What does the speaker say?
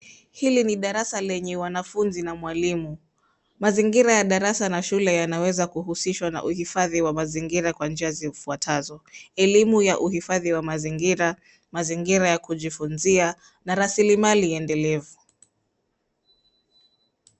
Hili ni darasa lenye wanafunzi na mwalimu. Mazingira ya darasa na shule yanaweza kuhusishwa na uhifadhi wa mazingira kwa njia zifuatazo; elimu ya uhifadhi wa mazingira, mazingira ya kujifunzia na rasilimali endelevu.